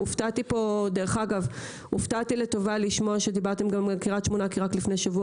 הופתעתי פה לטובה לשמוע שדיברתם גם על קריית שמונה כי רק לפני שבוע